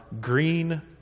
green